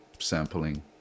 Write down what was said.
sampling